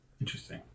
interesting